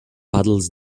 paddles